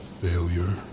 failure